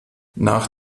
nach